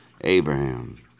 Abraham